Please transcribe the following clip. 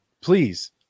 Please